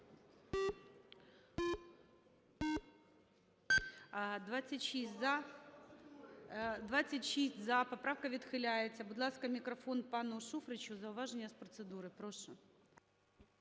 За-26 Поправка відхиляється. Будь ласка, мікрофон пану Шуфричу. Зауваження з процедури, прошу.